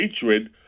hatred